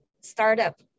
startup